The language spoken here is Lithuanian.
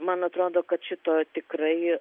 man atrodo kad šito tikrai